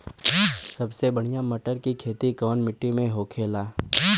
सबसे बढ़ियां मटर की खेती कवन मिट्टी में होखेला?